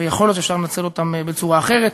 ויכול להיות שאפשר לנצל אותם בצורה אחרת.